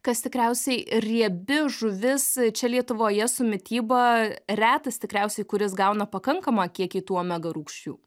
kas tikriausiai riebi žuvis čia lietuvoje su mityba retas tikriausiai kuris gauna pakankamą kiekį tų omega rūgščių